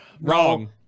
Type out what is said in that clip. Wrong